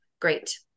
great